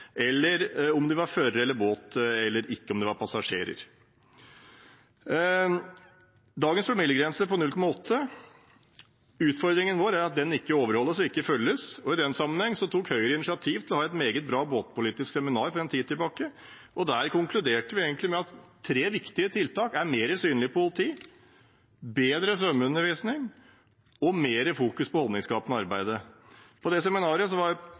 eller om de var fører av båten eller passasjer. Dagens promillegrense er på 0,8. Utfordringen vår er at den ikke overholdes og ikke følges. I den sammenheng tok Høyre initiativ til å ha et meget bra båtpolitisk seminar for en tid tilbake. Der konkluderte vi egentlig med at tre viktige tiltak er mer synlig politi, bedre svømmeundervisning og mer fokus på holdningsskapende arbeid. På det seminaret var